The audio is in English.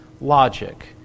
logic